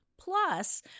Plus